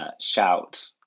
shout